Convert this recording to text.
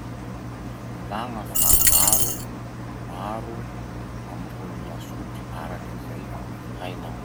Mivolagna fangaro maro ambony lasopy araky zay hainao.